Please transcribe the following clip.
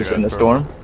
in the storm